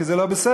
כי זה לא בסדר.